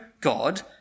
God